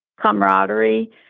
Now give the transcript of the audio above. camaraderie